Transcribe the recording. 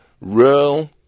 real